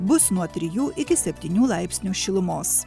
bus nuo trijų iki septynių laipsnių šilumos